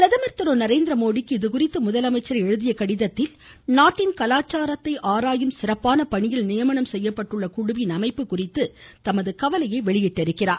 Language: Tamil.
பிரதமர் திரு நரேந்திரமோடிக்கு இதுகுறித்து முதலமைச்சர் எழுதிய கடிதத்தில் நாட்டின் கலாச்சாரத்தை ஆராயும் சிறப்பான பணியில் நியமனம் செய்யப்பட்டுள்ள குழுவின் அமைப்பு குறித்து தமது கவலையை வெளியிட்டுள்ளார்